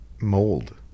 Mold